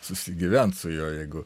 susigyvent su juo jeigu